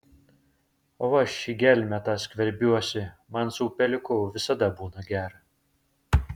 o aš į gelmę tą skverbiuosi man su upeliuku visada būna gera